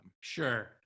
sure